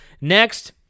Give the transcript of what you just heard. Next